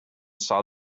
saw